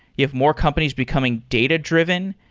you have more companies becoming data-driven.